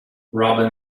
robin